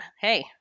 hey